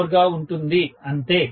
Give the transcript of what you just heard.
04 గా ఉంటుంది అంతే